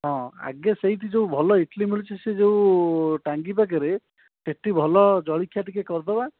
ହଁ ଆଗେ ସେଇଠି ଯେଉଁ ଭଲ ଇଟିଲି ମିଳୁଛି ସେ ଯେଉଁ ଟାଙ୍ଗି ପାଖରେ ସେଇଠି ଭଲ ଜଳଖିଆ ଟିକିଏ କରିଦେବା